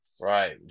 Right